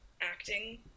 acting